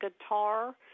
guitar